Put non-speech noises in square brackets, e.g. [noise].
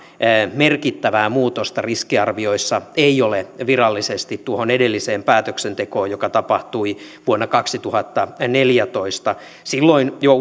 merkittävää muutosta riskiarvioissa ei ole virallisesti tuohon edelliseen päätöksentekoon joka tapahtui vuonna kaksituhattaneljätoista silloin jo [unintelligible]